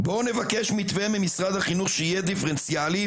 בואו נבקש מתווה ממשרד החינוך שיהיה דיפרנציאלי",